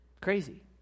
Crazy